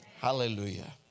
Hallelujah